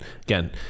again